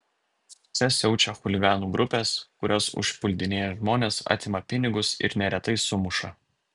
čia siaučia chuliganų grupės kurios užpuldinėja žmones atima pinigus ir neretai sumuša